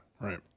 Right